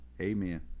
amen